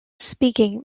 speaking